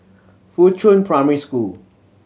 Fuchun Primary School